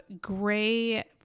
gray